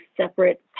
separate